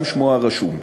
גם שמו הרשום.